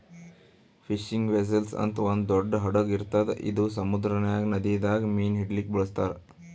fishing vessel ಅಂತ್ ಒಂದ್ ದೊಡ್ಡ್ ಹಡಗ್ ಇರ್ತದ್ ಇದು ಸಮುದ್ರದಾಗ್ ನದಿದಾಗ್ ಮೀನ್ ಹಿಡಿಲಿಕ್ಕ್ ಬಳಸ್ತಾರ್